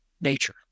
nature